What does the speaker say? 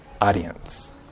audience